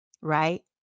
right